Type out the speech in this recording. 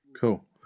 Cool